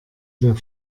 der